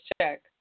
check